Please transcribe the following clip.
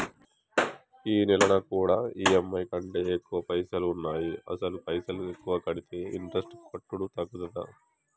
ఈ నెల నా కాడా ఈ.ఎమ్.ఐ కంటే ఎక్కువ పైసల్ ఉన్నాయి అసలు పైసల్ ఎక్కువ కడితే ఇంట్రెస్ట్ కట్టుడు తగ్గుతదా?